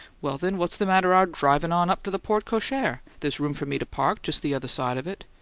well, then, what's the matter our drivin' on up to the porte-cochere? there's room for me to park just the other side of it.